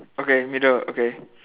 okay middle okay